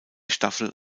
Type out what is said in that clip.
staffel